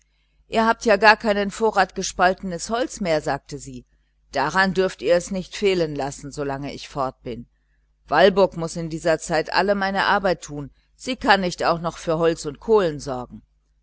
ihr habt ja gar keinen vorrat gespaltenes holz mehr sagte sie daran dürft ihr es nicht fehlen lassen solange ich fort bin walburg muß in dieser zeit alle meine arbeit tun sie kann nicht auch für holz und kohlen sorgen